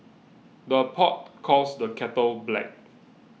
the pot calls the kettle black